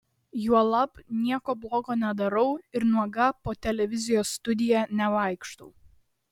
juolab nieko blogo nedarau ir nuoga po televizijos studiją nevaikštau